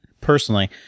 personally